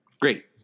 Great